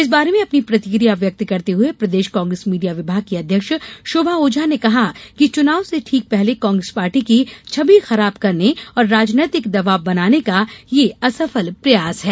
इस बारे में अपनी प्रतिकिया व्यक्त करते हुए प्रदेश कांग्रेस मीडिया विभाग की अध्यक्ष शोभा ओझा ने कहा है कि चुनाव से ठीक पहले कांग्रेस पार्टी की छबि खराब करने और राजनीतिक दवाब बनाने का यह असफल प्रयास है